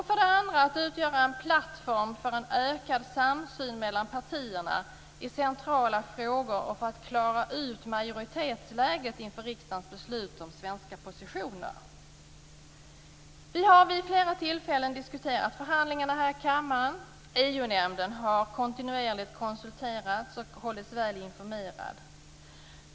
För det andra skulle den utgöra en plattform för en ökad samsyn mellan partierna i centrala frågor och för att klara ut majoritetsläget inför riksdagens beslut om svenska positioner. Vi har vid flera tillfällen diskuterat förhandlingarna här i kammaren. EU-nämnden har kontinuerligt konsulterats och hållits väl informerad.